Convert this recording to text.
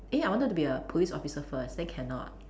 eh I wanted to be a police officer first then cannot